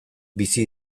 bizi